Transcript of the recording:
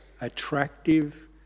attractive